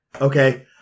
Okay